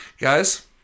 guys